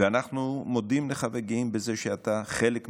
ואנחנו מודים לך וגאים בזה שאתה חלק מאיתנו.